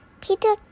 Peter